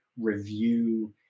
review